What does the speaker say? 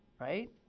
Right